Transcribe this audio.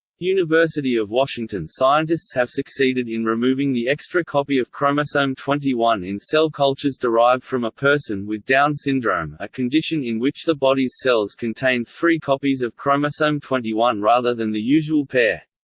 university of washington scientists have succeeded in removing the extra copy of chromosome twenty one in cell cultures derived from a person with down syndrome, a condition in which the body's cells contain three copies of chromosome twenty one rather than the usual pair.